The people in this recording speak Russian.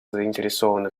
заинтересованы